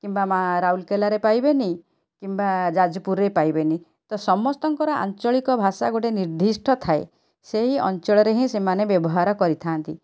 କିମ୍ବା ମା ରାଉରକେଲାରେ ପାଇବେନି କିମ୍ବା ଯାଜପୁରରେ ପାଇବେନି ତ ସମସ୍ତଙ୍କର ଆଞ୍ଚଳିକ ଭାଷା ଗୋଟେ ନିର୍ଦ୍ଦିଷ୍ଟ ଥାଏ ସେହି ଅଞ୍ଚଳରେ ହିଁ ସେମାନେ ବ୍ୟବହାର କରିଥାନ୍ତି